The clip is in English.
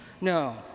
No